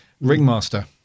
ringmaster